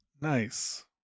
Nice